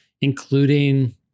including